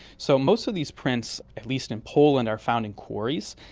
so most of these prints, at least in poland, are found in quarries.